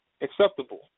acceptable